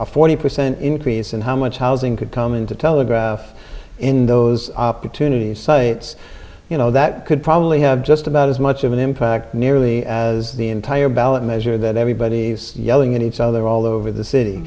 a forty percent increase in how much housing could come in to telegraph in those opportunities cites you know that could probably have just about as much of an impact nearly as the entire ballot measure that everybody is yelling at each other all over the city